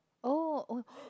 oh oh